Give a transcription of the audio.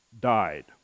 died